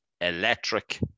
electric